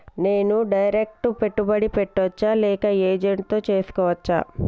నేను డైరెక్ట్ పెట్టుబడి పెట్టచ్చా లేక ఏజెంట్ తో చేస్కోవచ్చా?